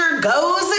goes